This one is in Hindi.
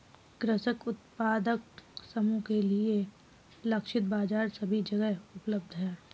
कृषक उत्पादक समूह के लिए लक्षित बाजार सभी जगह उपलब्ध है